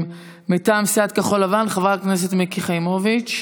מטעם סיעת כחול לבן, חברת הכנסת מיקי חיימוביץ'.